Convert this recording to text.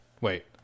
wait